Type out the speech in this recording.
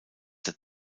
der